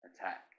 attack